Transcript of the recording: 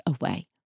away